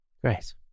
Great